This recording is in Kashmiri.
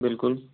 بِلکُل